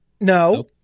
No